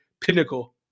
Pinnacle